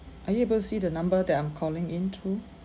are you able to see the number that I'm calling in through